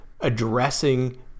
addressing